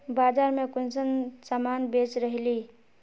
बाजार में कुंसम सामान बेच रहली?